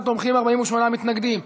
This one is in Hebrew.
15 תומכים, 48 מתנגדים.